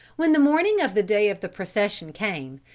when the morning of the day of the procession came,